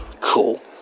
Cool